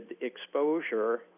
exposure